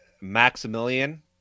Maximilian